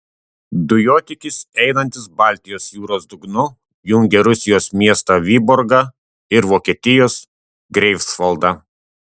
dujotiekis einantis baltijos jūros dugnu jungia rusijos miestą vyborgą ir vokietijos greifsvaldą